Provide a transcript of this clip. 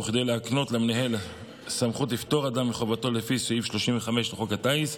וכדי להקנות למנהל סמכות לפטור אדם מחובתו לפי סעיף 35 לחוק הטיס,